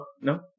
No